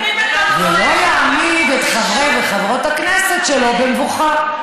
ולא יעמיד את חברי וחברות הכנסת שלו במבוכה.